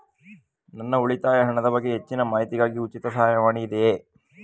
ನನ್ನ ಉಳಿತಾಯ ಹಣದ ಬಗ್ಗೆ ಹೆಚ್ಚಿನ ಮಾಹಿತಿಗಾಗಿ ಉಚಿತ ಸಹಾಯವಾಣಿ ಇದೆಯೇ?